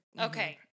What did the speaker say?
Okay